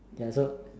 ya so